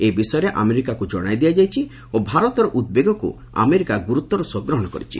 ଏ ବିଷୟରେ ଆମେରିକାକ୍ତ ଜଣାଇ ଦିଆଯାଇଛି ଓ ଭାରତର ଉଦ୍ବେଗକୁ ଆମେରିକା ଗୁରୁତ୍ୱର ସହ ଗ୍ରହଣ କରିଛି